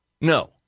No